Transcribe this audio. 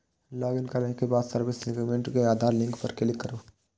login करै के बाद सर्विस सेगमेंट मे आधार लिंक पर क्लिक करू